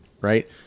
right